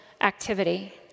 activity